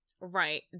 Right